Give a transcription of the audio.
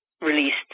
released